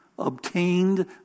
Obtained